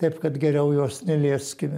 taip kad geriau jos nelieskime